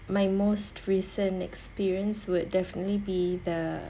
my most recent experience would definitely be the